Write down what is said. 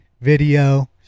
video